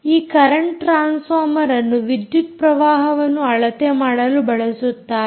ಈ ಕರೆಂಟ್ ಟ್ರಾನ್ಸ್ ಫಾರ್ಮರ್ಅನ್ನು ವಿದ್ಯುತ್ ಪ್ರವಾಹವನ್ನು ಅಳತೆ ಮಾಡಲು ಬಳಸುತ್ತಾರೆ